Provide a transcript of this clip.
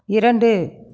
இரண்டு